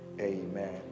Amen